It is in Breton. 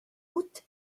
out